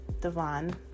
Devon